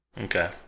Okay